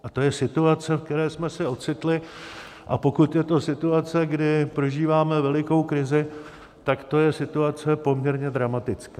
A to je situace, v které jsme se ocitli, a pokud je to situace, kdy prožíváme velikou krizi, tak to je situace poměrně dramatická.